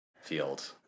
field